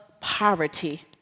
poverty